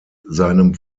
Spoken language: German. seinem